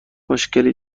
مشکلی